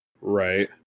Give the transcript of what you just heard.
Right